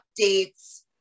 updates